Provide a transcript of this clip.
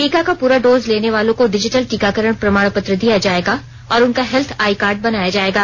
टीका का पूरा डोज लेने वालों को डिजिटल टीकाकरण प्रमाण पत्र दिया जाएगा और उनका हेल्थ आईकार्ड बनाया जाएगा